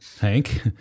Hank